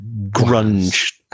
grunge